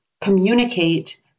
communicate